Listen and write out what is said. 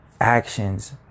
actions